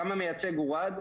גם המייצג הורד,